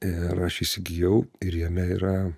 ir aš įsigijau ir jame yra